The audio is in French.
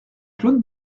claude